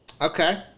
Okay